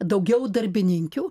daugiau darbininkių